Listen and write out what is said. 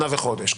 או 1 במרס.